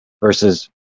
versus